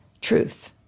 truth